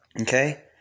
Okay